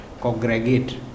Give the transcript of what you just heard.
congregate